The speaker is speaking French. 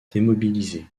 démobilisés